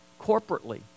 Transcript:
corporately